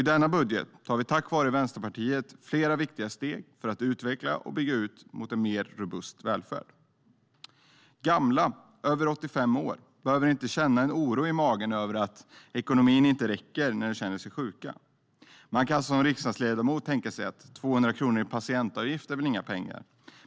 I denna budget tar vi tack vare Vänsterpartiet flera viktiga steg för att utveckla och bygga ut mot en mer robust välfärd. Gamla över 85 år behöver inte känna en oro i magen över att ekonomin inte räcker till när de känner sig sjuka. Man kan som riksdagsledamot tänka att 200 kronor i patientavgift väl inte är några pengar.